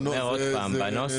זה נוהל חדש.